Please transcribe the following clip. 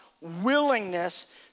willingness